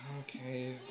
Okay